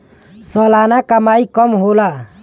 सलाना कमाई कम होला